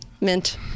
mint